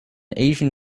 asian